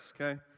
okay